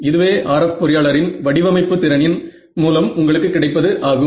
இதுவே RF பொறியாளரின் வடிவமைப்பு திறனின் மூலம் உங்களுக்கு கிடைப்பது ஆகும்